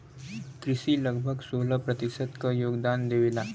कृषि लगभग सोलह प्रतिशत क योगदान देवेला